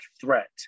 threat